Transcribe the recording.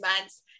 months